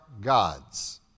God's